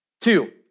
Two